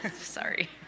Sorry